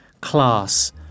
class